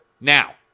Now